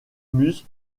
muse